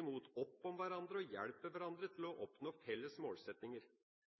imot opp om hverandre og hjelper hverandre til å oppnå felles målsettinger.